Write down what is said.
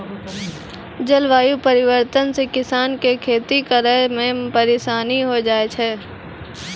जलवायु परिवर्तन से किसान के खेती करै मे परिसानी होय जाय छै